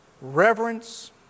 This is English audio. reverence